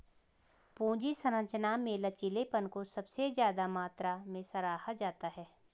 पूंजी संरचना में लचीलेपन को सबसे ज्यादा मात्रा में सराहा जाता है